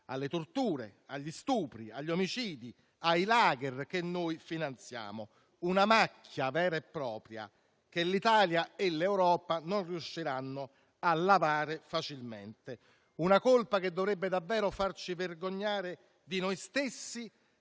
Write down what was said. alle torture, agli stupri, agli omicidi e ai *lager* che noi finanziamo. È una macchia vera e propria che l'Italia e l'Europa non riusciranno a lavare facilmente; una colpa che dovrebbe davvero farci vergognare di noi stessi